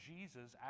Jesus